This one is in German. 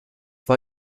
war